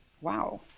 Wow